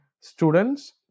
students